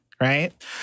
right